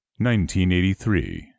1983